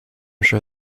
sure